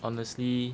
honestly